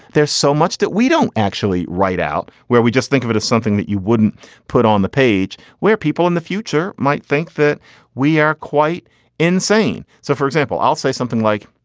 there's so much that we don't actually write out where. we just think of it as something that you wouldn't put on the page where people in the future might think that we are quite insane. so for example, i'll say something like,